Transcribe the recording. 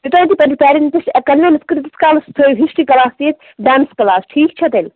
یوتانۍ تُہۍ پَنٕنۍ پیرَنٹٕس کَنوینٕس کٔریو تُیوت کالس تھٲیِو ہسٹری کٕلاس تہٕ ڈانس کٕلاس ٹھیٖک چھا تیٚلہِ